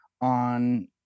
on